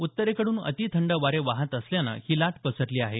उत्तरेकड्रन अतिथंड वारे वाहत असल्यानं ही लाट पसरली आहे